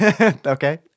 Okay